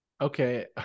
okay